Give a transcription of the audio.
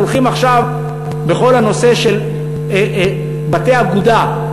אנחנו הולכים עכשיו בכל הנושא של בתי אגודה,